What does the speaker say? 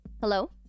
Hello